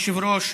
אדוני היושב-ראש,